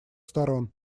сторон